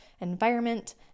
environment